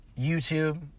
YouTube